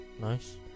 Nice